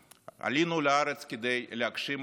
עלינו לארץ כדי להגשים את החלום הציוני,